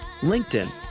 LinkedIn